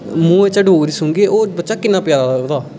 मूंह बिच्चा डोगरी सुनगे ओह् बच्चा किन्ना प्यारा लभदा